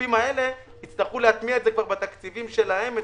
הגופים האלה יצטרכו להטמיע את זה כבר בתקציבים שלהם,